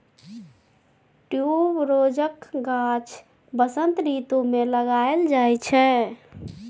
ट्युबरोजक गाछ बसंत रितु मे लगाएल जाइ छै